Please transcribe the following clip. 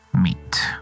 meet